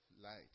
light